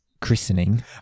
christening